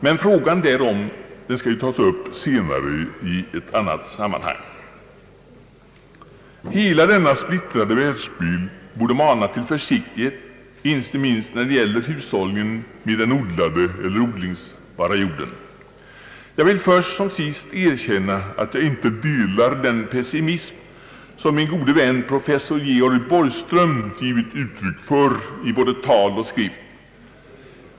Men frågan därom skall ju tas upp senare i ett annat sammanhang. Hela denna splittrade världsbild borde mana till försiktighet, inte minst när det gäller hushållningen med den odlade eller odlingsbara jorden. Jag vill först som sist erkänna att jag inte delar den pessimism som min gode vän professor Georg Borgström givit uttryck för i tal och skrift.